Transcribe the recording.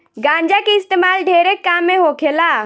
गांजा के इस्तेमाल ढेरे काम मे होखेला